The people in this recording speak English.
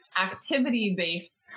activity-based